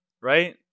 right